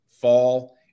fall